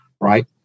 right